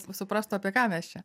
suprastų apie ką mes čia